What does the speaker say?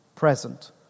present